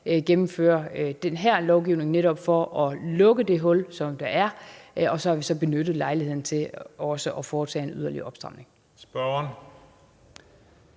hastegennemføre den her lovgivning netop for at lukke det hul, som der er, og vi har så benyttet lejligheden til også at foretage en yderligere opstramning. Kl.